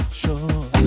sure